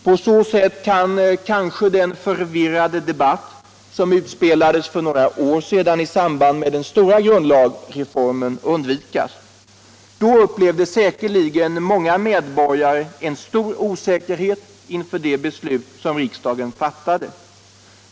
På så sätt kan kanske den förvirrade debatt som utspelades för några år sedan i samband med den stora grundlagsreformen undvikas. Då upplevde säkerligen många medborgare en stor osäkerhet inför de beslut som riksdagen fattade.